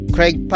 Craig